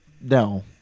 no